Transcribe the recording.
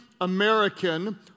American